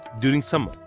during summer.